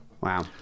wow